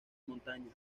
montaña